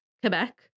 Quebec